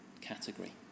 category